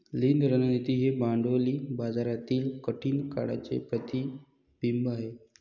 लीन रणनीती ही भांडवली बाजारातील कठीण काळाचे प्रतिबिंब आहे